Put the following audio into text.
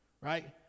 right